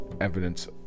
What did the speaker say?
evidence